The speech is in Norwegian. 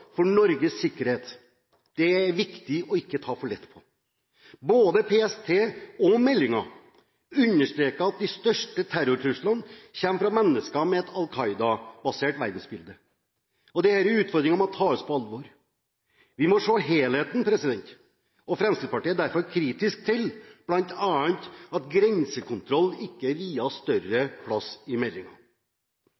for Norges sikkerhet som det er viktig ikke å ta for lett på. Både PST og meldingen understreker at de største terrortruslene kommer fra mennesker med et Al Qaida-basert verdensbilde. Denne utfordringen må tas på alvor. Vi må se helheten. Fremskrittspartiet er derfor kritisk til at bl.a. grensekontroll ikke er viet større